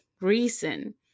reason